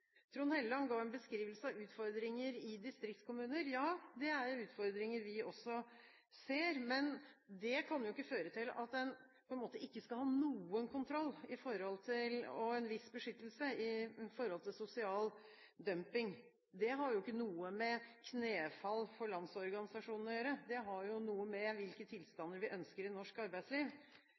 Trond Helleland ga en beskrivelse av utfordringer i distriktskommuner. Ja, det er utfordringer vi også ser, men det kan jo ikke føre til at en ikke skal ha noen kontroll med tanke på en viss beskyttelse mot sosial dumping. Det har ikke noe med knefall for Landsorganisasjonen å gjøre, det har å gjøre med hvilke tilstander vi ønsker i norsk arbeidsliv.